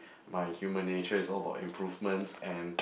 my human nature is all about improvements and